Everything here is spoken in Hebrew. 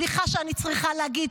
סליחה שאני צריכה להגיד,